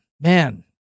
man